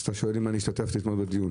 אז אתה שואל אם אני השתתפתי אתמול בדיון?